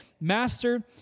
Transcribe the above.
Master